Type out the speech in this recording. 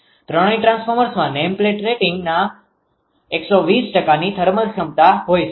ત્રણેય ટ્રાન્સફોર્મર્સમાં નેમપ્લેટ રેટિંગના 120ની થર્મલ ક્ષમતાthermal capabilityઉષ્ણતા ક્ષમતા હોય છે